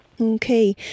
Okay